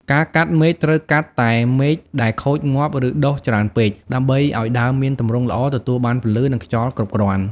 ការកាត់មែកត្រូវ កាត់តែមែកដែលខូច ងាប់ ឬដុះច្រើនពេក ដើម្បីឱ្យដើមមានទម្រង់ល្អ ទទួលបានពន្លឺ និងខ្យល់គ្រប់គ្រាន់។